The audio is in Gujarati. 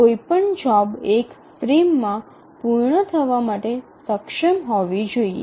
કોઈપણ જોબ એક ફ્રેમમાં પૂર્ણ થવા માટે સક્ષમ હોવી જોઈએ